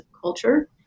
culture